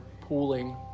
pooling